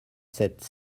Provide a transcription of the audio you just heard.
sept